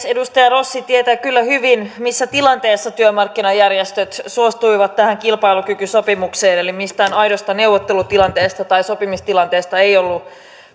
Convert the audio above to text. edustaja rossi tietää kyllä hyvin missä tilanteessa työmarkkinajärjestöt suostuivat tähän kilpailukykysopimukseen eli mistään aidosta neuvottelutilanteesta tai sopimistilanteesta ei ollut